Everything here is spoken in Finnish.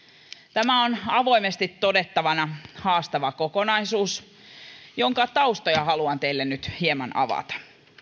tämä on avoimesti todeten haastava kokonaisuus jonka taustoja haluan teille nyt hieman avata